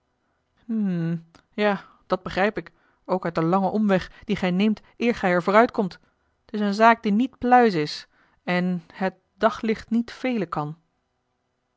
ja dat begrijp ik ook uit den langen omweg dien gij neemt eer gij er voor uit komt t is eene zaak die niet pluis is en het daglicht niet velen kan